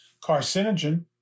carcinogen